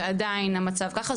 ועדיין המצב ככה.